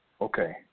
Okay